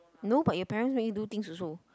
no but your parents make you do things also